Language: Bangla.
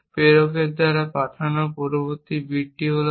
প্রেরকের দ্বারা পাঠানো পরবর্তী বিটটি হল 1